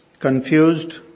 confused